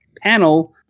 panel